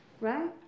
Right